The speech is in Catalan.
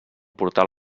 portal